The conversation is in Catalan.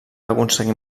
aconseguir